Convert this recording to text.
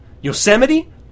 Yosemite